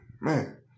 man